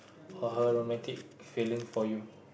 uh romantic feeling for you